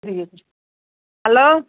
hello